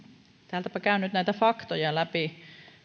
täältäpä käyn nyt näitä faktoja läpi